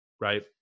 right